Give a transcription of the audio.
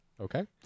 okay